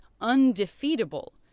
undefeatable